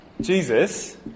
Jesus